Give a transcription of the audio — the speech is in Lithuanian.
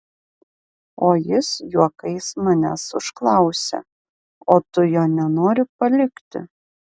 o jis juokais manęs užklausė o tu jo nenori palikti